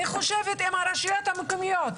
אני חושבת שאם הרשויות המקומיות,